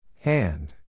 Hand